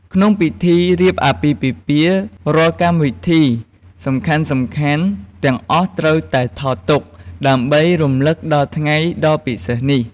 ក្នុងពិធីរៀបអាពាហ៍ពិពាហ៍ រាល់កម្មវិធីសំខាន់ៗទាំងអស់ត្រូវតែថតទុក ដើម្បីរំលឹកដល់ថ្ងៃដ៏ពិសេសនេះ។